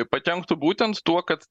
pakenktų būtent tuo kad